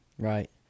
Right